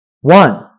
one